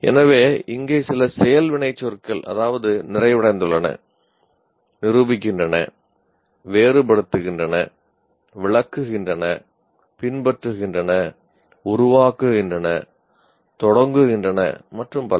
எனவே இங்கே சில செயல் வினைச்சொற்கள் அதாவது நிறைவடைந்துள்ளன நிரூபிக்கின்றன வேறுபடுத்துகின்றன விளக்குகின்றன பின்பற்றுகின்றன உருவாக்குகின்றன தொடங்குகின்றன மற்றும் பல